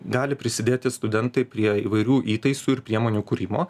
gali prisidėti studentai prie įvairių įtaisų ir priemonių kūrimo